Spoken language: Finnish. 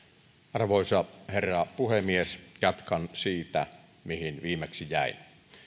arvoisa herra puhemies jatkan siitä mihin viimeksi jäin